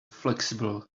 flexible